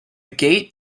gate